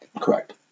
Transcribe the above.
Correct